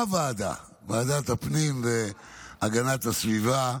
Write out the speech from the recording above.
ה-וועדה, ועדת הפנים והגנת הסביבה.